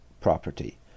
property